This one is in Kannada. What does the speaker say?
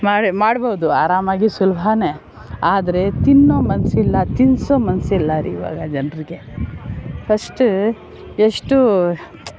ಮಾಡಿ ಮಾಡ್ಬೋದು ಆರಾಮಾಗಿ ಸುಲಭಾನೇ ಆದರೆ ತಿನ್ನೋ ಮನಸ್ಸಿಲ್ಲ ತಿನ್ನಿಸೋ ಮನಸ್ಸಿಲ್ಲ ರೀ ಇವಾಗ ಜನರಿಗೆ ಫಸ್ಟ ಎಷ್ಟು